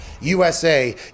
USA